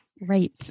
Right